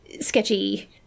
sketchy